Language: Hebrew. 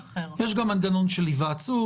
יש מנגנון של היוועצות.